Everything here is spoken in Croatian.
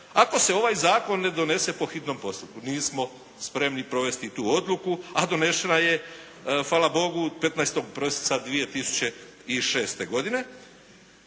ako se ovaj zakon ne donese po hitnom postupku. Nismo spremni provesti tu odluku, a donešena je hvala Bogu 15. prosinca 2006. godine.